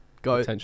go